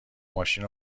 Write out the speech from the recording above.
ماشین